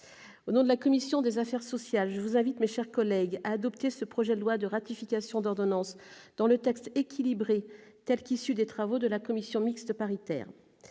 Au nom de la commission des affaires sociales, je vous invite, mes chers collègues, à adopter ce projet de loi de ratification d'ordonnance, dans le texte équilibré tel qu'issu des travaux de la commission mixte paritaire.